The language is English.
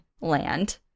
land